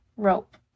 Rope